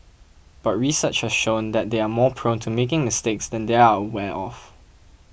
but research has shown that they are more prone to making mistakes than they are aware of